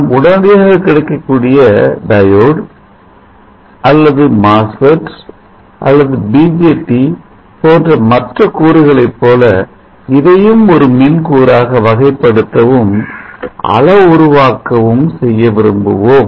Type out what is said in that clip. நாம் உடனடியாக கிடைக்கக்கூடிய டயோட் அல்லது MOSFET அல்லது BJT போன்ற மற்ற கூறுகளைப் போல இதையும் ஒரு மின் கூறாக வகைப்படுத்தவும் அல உருவாக்கவும் செய்ய விரும்புவோம்